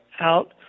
out